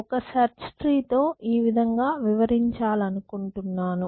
ఒక search tree తో ఈ విధంగా వివరించాలనుకుంటున్నాను